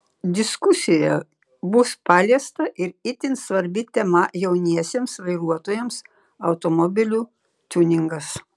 diskusijoje bus paliesta ir itin svarbi tema jauniesiems vairuotojams automobilių tiuningas